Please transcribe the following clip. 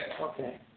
Okay